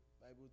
bible